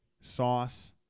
sauce